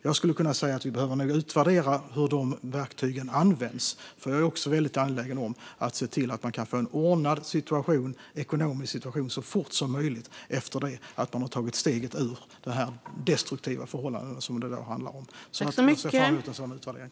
Jag skulle kunna säga att vi nog behöver utvärdera hur de verktygen används, för jag är också angelägen om att se till att den som har tagit steget ut ur ett destruktivt förhållande kan få en ordnad ekonomisk situation så fort som möjligt. Jag ser alltså fram emot en sådan utvärdering.